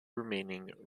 remaining